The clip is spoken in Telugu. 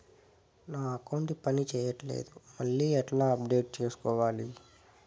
నా అకౌంట్ పని చేయట్లేదు మళ్ళీ ఎట్లా అప్డేట్ సేసుకోవాలి?